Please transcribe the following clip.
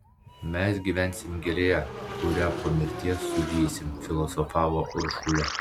mes gyvensim gėlėje kuria po mirties sužysim filosofavo uršulė